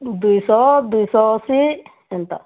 ଦୁଇଶହ ଦୁଇଶହ ଅଶୀ ଏନ୍ତା